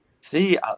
See